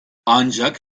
ancak